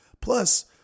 Plus